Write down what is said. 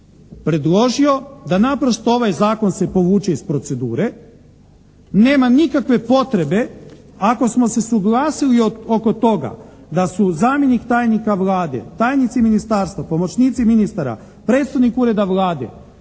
predložio da naprosto ovaj zakon se povuče iz procedure, nema nikakve potrebe ako smo se suglasili oko toga da su zamjenik tajnika Vlade, tajnici ministarstva, pomoćnici ministara, predstojnik ureda Vlade,